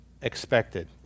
expected